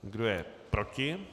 Kdo je proti?